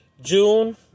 june